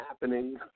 happening